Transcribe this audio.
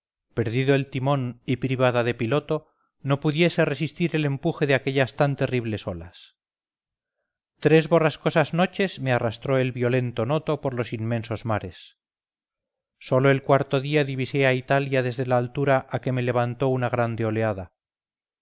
perdido el timón y privada de piloto no pudiese resistir el empuje de aquellas tan terribles olas tres borrascosas noches me arrastró el violento noto por los inmensos mares sólo el cuarto día divisé a italia desde la altura a que me levantó una grande oleada